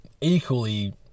equally